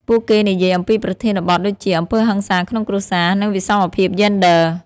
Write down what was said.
ពួកគេនិយាយអំពីប្រធានបទដូចជា អំពើហិង្សាក្នុងគ្រួសារ និងវិសមភាពយេនឌ័រ។